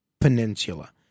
Peninsula